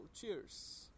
cheers